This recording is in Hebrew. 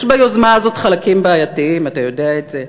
יש ביוזמה הזאת חלקים בעייתיים, אתה יודע את זה.